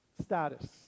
status